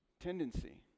tendency